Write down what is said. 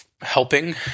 helping